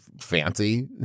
fancy